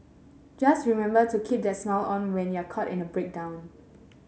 just remember to keep that smile on when you're caught in a breakdown